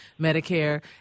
Medicare